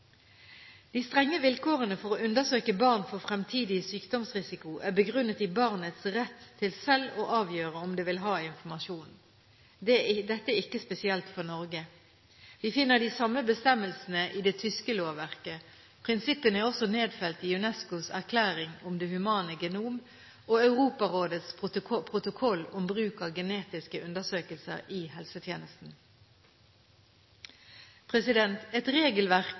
De strenge vilkårene for å undersøke barn for fremtidig sykdomsrisiko er begrunnet i barnets rett til selv å avgjøre om det vil ha informasjon. Dette er ikke spesielt for Norge. Vi finner de samme bestemmelsene i det tyske lovverket. Prinsippene er også nedfelt i UNESCOs erklæring om det humane genom og Europarådets protokoll om bruk av genetiske undersøkelser i helsetjenesten. Et regelverk